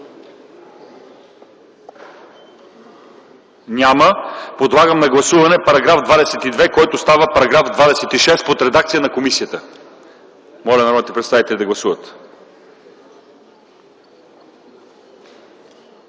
Няма. Подлагам на гласуване § 22, който става § 26, под редакция на комисията. Моля народните представители да гласуват.